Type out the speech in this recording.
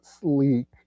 sleek